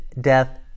death